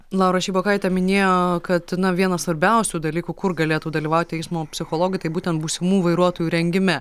laura šeibokaitė minėjo kad na vienas svarbiausių dalykų kur galėtų dalyvauti eismo psichologai tai būtent būsimų vairuotojų rengime